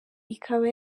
ikaba